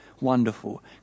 wonderful